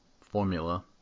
formula